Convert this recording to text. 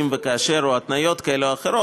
אם וכאשר או בהתניות כאלה או אחרות.